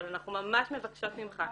אבל אנחנו ממש מבקשות ממך,